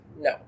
No